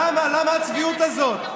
למה, למה הצביעות הזאת?